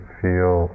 feel